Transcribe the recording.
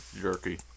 Jerky